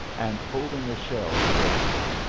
and holding a shell toward him.